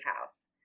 house